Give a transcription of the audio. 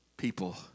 people